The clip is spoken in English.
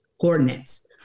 coordinates